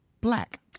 black